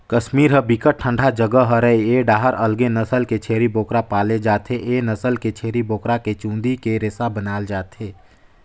कस्मीर ह बिकट ठंडा जघा हरय ए डाहर अलगे नसल के छेरी बोकरा पाले जाथे, ए नसल के छेरी बोकरा के चूंदी के रेसा बनाल जाथे